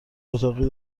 اتاقی